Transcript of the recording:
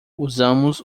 usamos